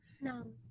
No